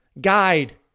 guide